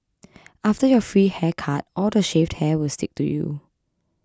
after your free haircut all the shaved hair will stick to you